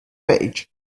page